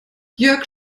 jörg